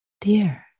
Dear